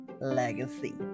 legacy